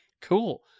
cool